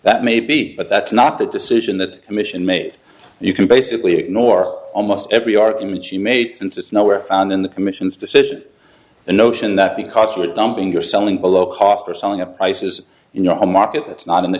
that may be but that's not the decision that commission made you can basically ignore almost every argument she made since it's nowhere found in the commission's decision the notion that because you are dumping your selling below cost or selling a price is you know a market that's not in the